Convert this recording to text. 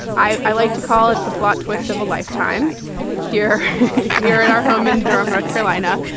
i i like to call it the plot twist of a lifetime here here in our home, and um north carolina.